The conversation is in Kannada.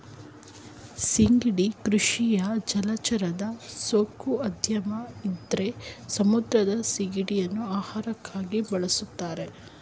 ಸಿಗಡಿ ಕೃಷಿಯು ಜಲಚರನ ಸಾಕೋ ಉದ್ಯಮ ಇದ್ರಲ್ಲಿ ಸಮುದ್ರದ ಸಿಗಡಿನ ಆಹಾರಕ್ಕಾಗ್ ಬಳುಸ್ತಾರೆ